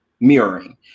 Mirroring